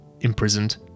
imprisoned